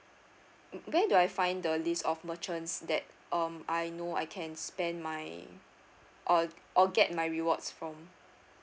where do I find the list of merchants that um I know I can spend my or or or get my rewards from